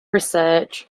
research